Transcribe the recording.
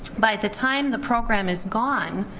by the time the program is gone,